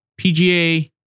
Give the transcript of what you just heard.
PGA